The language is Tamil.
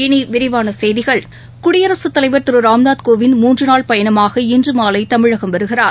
இனிவிரிவானசெய்திகள் குடியரசுத் தலைவர் திருராம்நாத் கோவிந்த் மூன்றுநாள் பயணமாக இன்றுமாலைதமிழகம் வருகிறார்